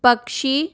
पक्षी